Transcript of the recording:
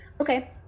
Okay